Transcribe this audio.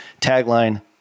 Tagline